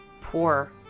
poor